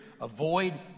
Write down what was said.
Avoid